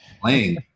playing